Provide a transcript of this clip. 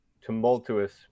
tumultuous